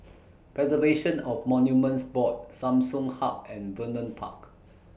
Preservation of Monuments Board Samsung Hub and Vernon Park